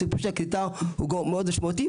הסיפור של הקליטה הוא מאוד משמעותי,